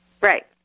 Right